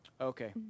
Okay